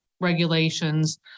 regulations